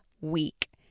week